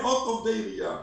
מאות עובדי עירייה.